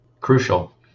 crucial